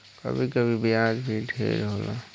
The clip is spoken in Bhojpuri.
कभी कभी ब्याज भी ढेर होला